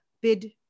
bid